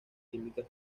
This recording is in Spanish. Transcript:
químicas